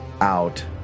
out